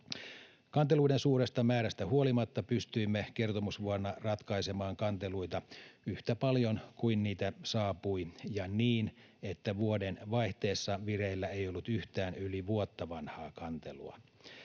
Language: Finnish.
Kanteluiden suuresta määrästä huolimatta pystyimme kertomusvuonna ratkaisemaan kanteluita yhtä paljon kuin niitä saapui ja niin, että vuodenvaihteessa vireillä ei ollut yhtään yli vuotta vanhaa kantelua.